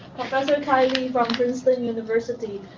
professor kai li from princeton university.